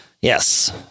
yes